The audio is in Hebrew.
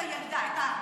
חקרו את הילדה.